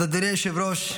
אז אדוני היושב-ראש,